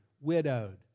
widowed